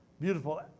beautiful